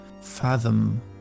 fathom